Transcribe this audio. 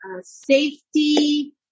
safety